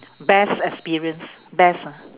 best experience best ah